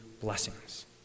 blessings